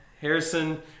Harrison